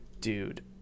Dude